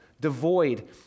devoid